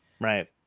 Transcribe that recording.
Right